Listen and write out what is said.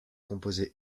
composée